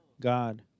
God